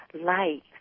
light